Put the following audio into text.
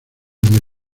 muy